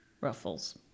ruffles